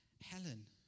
Helen